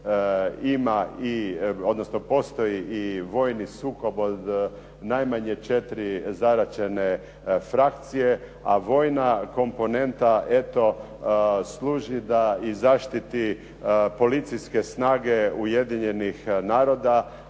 postoji vojni sukob od najmanje četiri zaraćene frakcije, a vojna komponenta eto služi da zaštititi policijske snage Ujedinjenih naroda,